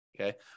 Okay